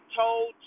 told